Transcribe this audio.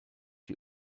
die